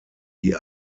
die